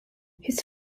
his